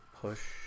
push